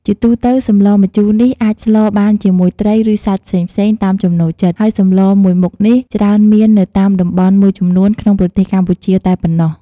ជាទូទៅ សម្លម្ជូរនេះអាចស្លបានជាមួយត្រី ឬសាច់ផ្សេងៗ តាមចំណូលចិត្ត ហើយសម្លមួយមុខនេះច្រើនមាននៅតាមតំបន់មួយចំនួនក្នុងប្រទេសកម្ពុជាតែប៉ុណ្ណោះ។